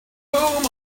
whom